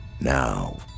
Now